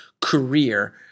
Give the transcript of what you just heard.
career